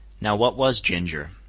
now what was ginger?